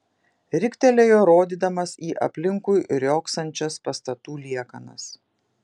riktelėjo rodydamas į aplinkui riogsančias pastatų liekanas